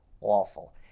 awful